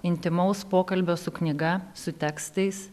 intymaus pokalbio su knyga su tekstais